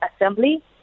Assembly